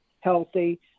healthy